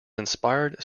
inspired